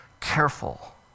careful